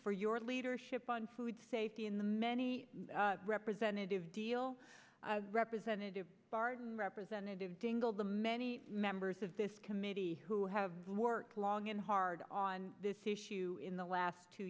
for your leadership on food safety in the many representative deal representative barton representative dingell the many members of this committee who have worked long and hard on this issue in the last two